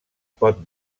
pot